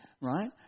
Right